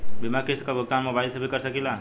बीमा के किस्त क भुगतान मोबाइल से भी कर सकी ला?